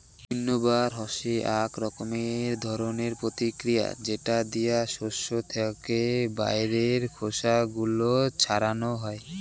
উইন্নবার হসে আক রকমের ধরণের প্রতিক্রিয়া যেটা দিয়া শস্য থেকে বাইরের খোসা গুলো ছাড়ানো হই